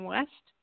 West